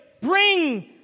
bring